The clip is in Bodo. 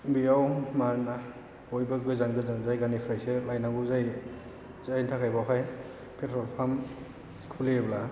बेयाव मानोना बयबो गोजान गोजान जायगानिफ्रायसो लायनांगौ जायो जायनि थाखाय बेयावहाय पेट्र'ल पाम्प खुलियोब्ला